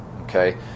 Okay